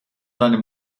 seine